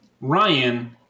Ryan